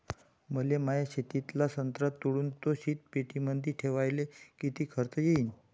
मले माया शेतातला संत्रा तोडून तो शीतपेटीमंदी ठेवायले किती खर्च येईन?